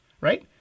right